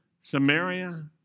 Samaria